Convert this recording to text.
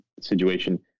situation